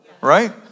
right